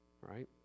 Right